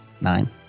nine